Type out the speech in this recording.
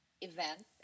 event